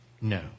No